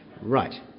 Right